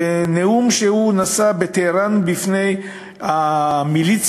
בנאום שהוא נשא בטהרן בפני המיליציה,